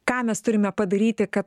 ką mes turime padaryti kad